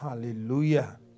Hallelujah